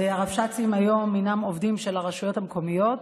הרבש"צים היום הינם עובדים של הרשויות המקומיות,